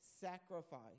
sacrifice